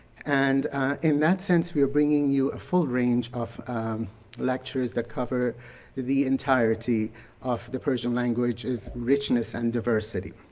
and in that sense, we are bringing you a full range of lectures that cover the entirety of the persian language, its richness and diversity.